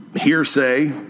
hearsay